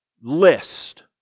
list